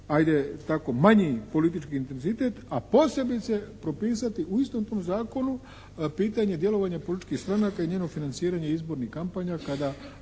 ajde, tako manji politički intenzitet, a posebice propisati u istom tom zakonu pitanje djelovanja političkih stranaka i njeno financiranje izbornih kampanja kada